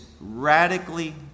radically